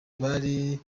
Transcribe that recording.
bari